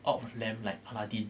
out of the lamp like aladdin